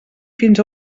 fins